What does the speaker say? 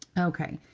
ok.